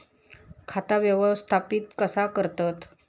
खाता व्यवस्थापित कसा करतत?